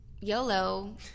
YOLO